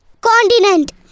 Continent